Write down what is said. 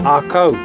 Arco